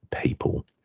people